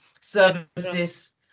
services